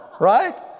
right